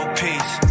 peace